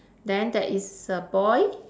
then there is a boy